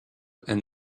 and